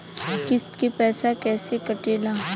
किस्त के पैसा कैसे कटेला?